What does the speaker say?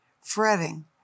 fretting